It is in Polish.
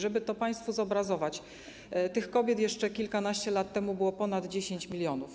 Żeby to państwu zobrazować, powiem, że tych kobiet jeszcze kilkanaście lat temu było ponad 10 mln.